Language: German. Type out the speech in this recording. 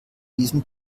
diesem